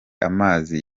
amazi